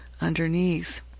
underneath